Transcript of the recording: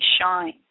shine